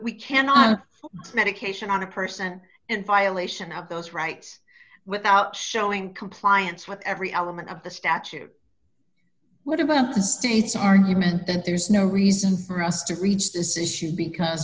we cannot medication on a person in violation of those rights without showing compliance with every element of the statute what about the state's argument that there's no reason for us to reach this issue because